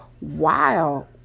wow